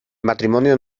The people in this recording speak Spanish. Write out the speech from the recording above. matrimonio